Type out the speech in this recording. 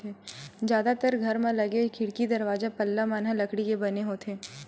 जादातर घर म लगे खिड़की, दरवाजा, पल्ला मन ह लकड़ी के बने होथे